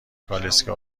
کالسکه